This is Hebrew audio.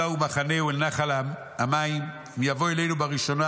ומחנהו אל נחל המים: אם יבוא אלינו בראשונה,